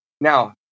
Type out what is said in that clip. Now